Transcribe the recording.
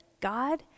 God